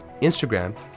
Instagram